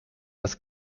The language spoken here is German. das